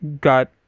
got